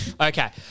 Okay